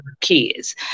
kids